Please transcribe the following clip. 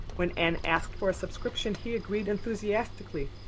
when anne asked for a subscription he agreed enthusiastically.